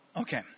Okay